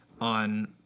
on